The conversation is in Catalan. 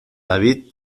david